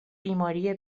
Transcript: بیماری